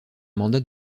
mandat